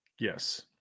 Yes